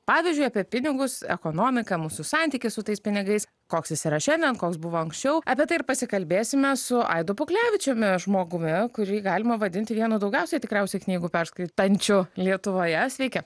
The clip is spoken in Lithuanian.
pavyzdžiui apie pinigus ekonomiką mūsų santykį su tais pinigais koks jis yra šiandien koks buvo anksčiau apie tai ir pasikalbėsime su aidu puklevičiumi žmogumi kurį galima vadinti vienu daugiausiai tikriausiai knygų perskaitančių lietuvoje sveiki